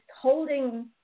holding